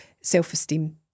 self-esteem